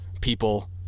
people